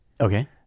Okay